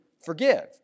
forgive